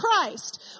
Christ